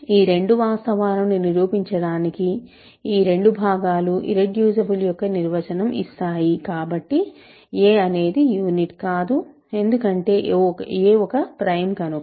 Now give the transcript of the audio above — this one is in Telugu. ఈ రెండు వాస్తవాలను నిరూపించడానికి ఈ రెండు భాగాలు ఇర్రెడ్యూసిబుల్ యొక్క నిర్వచనం ఇస్తాయి కాబట్టి a అనేది యూనిట్ కాదు ఎందుకంటే a ఒక ప్రైమ్ కనుక